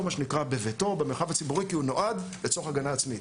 בביתו ובמרחב הציבורי כי הוא נועד לצורך הגנה עצמית.